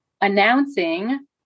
announcing